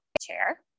chair